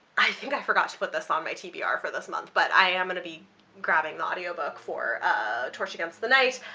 i think i forgot to put this on my tbr for this month but i am going to be grabbing the audiobook for a torch against the night,